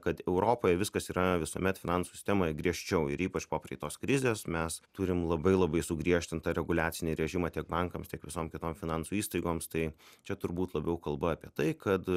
kad europoje viskas yra visuomet finansų sistemoj griežčiau ir ypač po praeitos krizės mes turim labai labai sugriežtintą reguliacinį režimą tiek bankams tiek visom kitom finansų įstaigoms tai čia turbūt labiau kalba apie tai kad